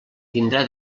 tindrà